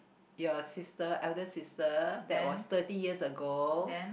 your sister eldest sister that was thirty years ago